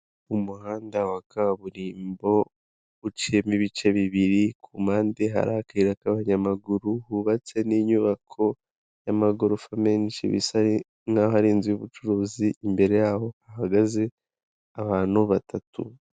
Umuhanda wa kaburimbo uciyemo ibice bibiri, ku mpande hari akayira k'abanyamaguru, hubatse n'inyubako y'amagorofa menshi, bisa n'aho ari inzu y'ubucuruzi, imbere yaho hahagaze abantu batatu.